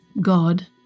God